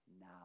now